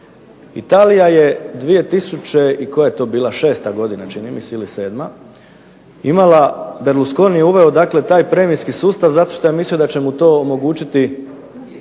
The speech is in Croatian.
Italija je 2006. godine čini mi se ili 2007. imala, Berlusconi je uveo dakle taj premijski sustav zato što je mislio da će mu to omogućiti